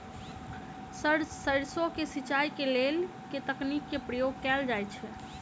Sir सैरसो केँ सिचाई केँ लेल केँ तकनीक केँ प्रयोग कैल जाएँ छैय?